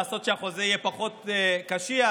לעשות שהחוזה יהיה פחות קשיח?